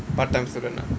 part time student ah